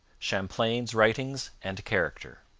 champlain's writings and character